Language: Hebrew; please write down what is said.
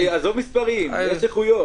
עזוב מספרים, יש איכויות.